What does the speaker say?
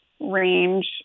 range